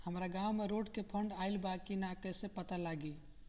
हमरा गांव मे रोड के फन्ड आइल बा कि ना कैसे पता लागि?